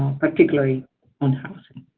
particularly on housing.